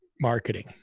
marketing